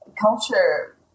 culture